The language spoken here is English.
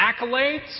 accolades